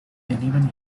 anyone